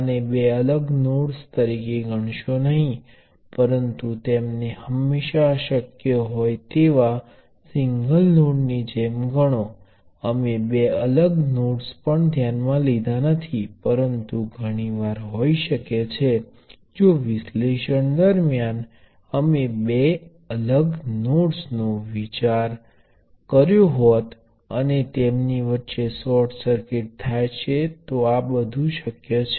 તેથી જો તમે શ્રેણીમાં ઘણા સમાન એલિમેન્ટોને કનેક્ટ કરો છો તો પરિણામ પણ સમાન એલિમેન્ટો છે અને તેનું મૂલ્ય અલગ અલગ હોઈ શકે છે